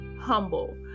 humble